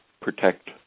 protect